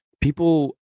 People